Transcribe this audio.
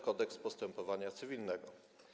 Kodeks postępowania cywilnego.